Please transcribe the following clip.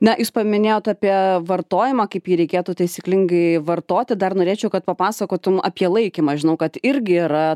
na jūs paminėjot apie vartojimą kaip jį reikėtų taisyklingai vartoti dar norėčiau kad papasakotum apie laikymą žinau kad irgi yra